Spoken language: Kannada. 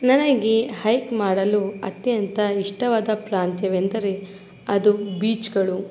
ನನಗಿ ಹೈಕ್ ಮಾಡಲು ಅತ್ಯಂತ ಇಷ್ಟವಾದ ಪ್ರಾಂತ್ಯವೆಂದರೆ ಅದು ಬೀಚ್ಗಳು